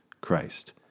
Christ